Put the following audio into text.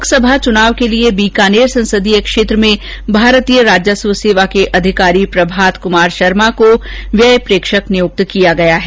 लोकसभा चुनाव के लिए बीकानेर संसदीय क्षेत्र में भारतीय राजस्व सेवा के अधिकारी प्रभात कमार शर्मा को व्यय प्रेक्षक नियुक्त किया गया है